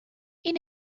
این